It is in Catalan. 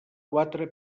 quatre